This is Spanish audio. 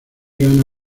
gana